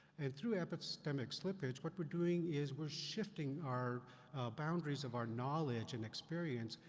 and through epistemic slippage, what we're doing is, we're shifting our boundaries of our knowledge and experience,